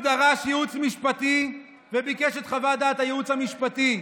הוא דרש ייעוץ משפטי וביקש את חוות דעת הייעוץ המשפטי.